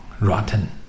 rotten